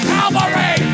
Calvary